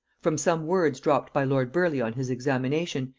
from some words dropped by lord burleigh on his examination,